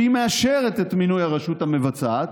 שהיא מאשרת את מינוי הרשות המבצעת,